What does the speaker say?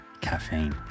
caffeine